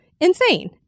insane